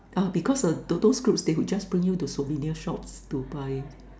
uh because uh those could who just bring you to souvenir shops to buy